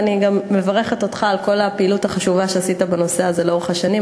ואני גם מברכת אותך על כל הפעילות החשובה שעשית בנושא הזה לאורך השנים.